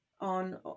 on